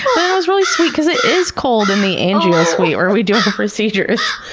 and it was really sweet because it is cold in the angio suite where we do our procedures.